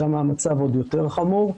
שם המצב עוד יותר חמור.